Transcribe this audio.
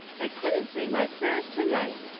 i couldn't say my prayers tonight.